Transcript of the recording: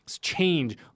change